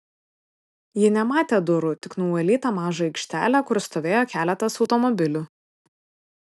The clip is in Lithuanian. ji nematė durų tik nuvalytą mažą aikštelę kur stovėjo keletas automobilių